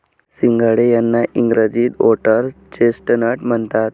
सिंघाडे यांना इंग्रजीत व्होटर्स चेस्टनट म्हणतात